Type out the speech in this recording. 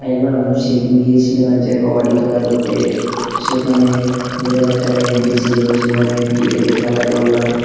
একবার আমরা সেদিন গিয়েছিলাম এক জায়গায় কবাডি খেলা করতে সেখানে দেড় হাজার টাকা এন্ট্রি ছিল সেখানে এন্ট্রি কেটে খেলা করলাম